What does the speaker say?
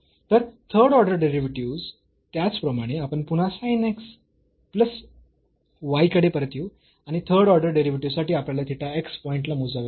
तर third order derivatives त्याचप्रमाणे आपण पुन्हा sin x प्लस y कडे परत येऊ आणि थर्ड ऑर्डर डेरिव्हेटिव्ह साठी आपल्याला थिटा x पॉईंट ला मोजावे लागेल